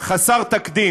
חסר תקדים.